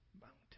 mountain